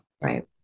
Right